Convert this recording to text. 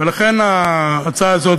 ולכן ההצעה הזאת,